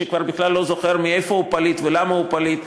שכבר לא זוכר מאיפה הוא פליט ולמה הוא פליט,